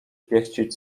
pieścić